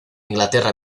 inglaterra